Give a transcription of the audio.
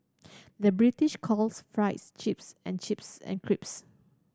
the British calls fries chips and chips an